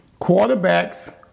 quarterbacks